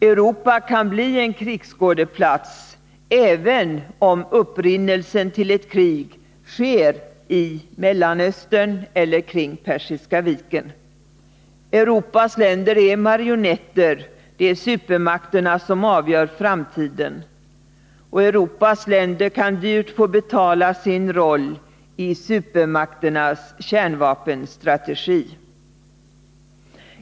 Europa kan bli krigsskådeplats, även om upprinnelsen till ett krig sker i Mellanöstern eller kring Persiska viken. Europas länder är marionetter — det är supermakterna som avgör framtiden. Europas länder kan dyrt få betala sin roll i supermakternas kärnvapenstrategi.